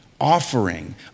offering